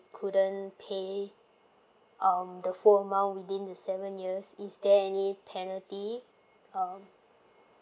couldn't pay um the full amount within the seven years is there any penalty um